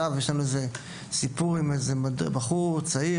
יש לנו סיפור עם בחור צעיר,